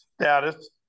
status